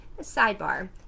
sidebar